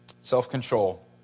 self-control